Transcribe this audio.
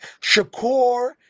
Shakur